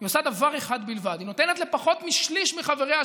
היא עושה דבר אחד בלבד: היא נותנת לפחות משליש מחבריה,